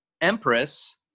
Empress